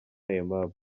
aimable